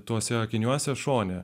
tuose akiniuose šone